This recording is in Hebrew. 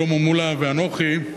שלמה מולה ואנוכי,